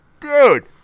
Dude